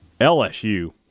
LSU